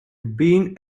being